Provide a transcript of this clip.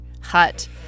Hut